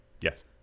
yes